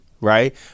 Right